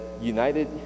united